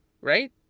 right